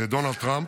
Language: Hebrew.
דונלד טראמפ,